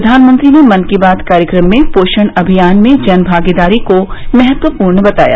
प्रधानमंत्री ने मन की बात कार्यक्रम में पोषण अभियान में जन भागीदारी को महत्वपूर्ण बताया